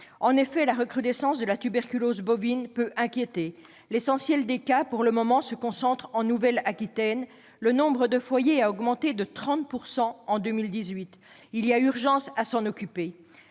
En effet, la recrudescence de la tuberculose bovine peut inquiéter. L'essentiel des cas, pour le moment, se concentre en Nouvelle-Aquitaine. Le nombre de foyers a augmenté de 30 % en 2018. Il y a urgence à traiter